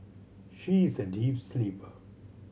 she is a deep sleeper